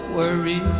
worry